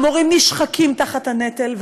המורים נשחקים תחת הנטל,